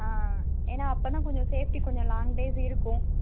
ஆ ஏன்னா அப்போ தான் கொஞ்சம் சேஃப்டி கொஞ்சம் லாங் டேஸ் இருக்கும்